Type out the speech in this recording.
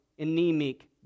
anemic